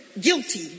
guilty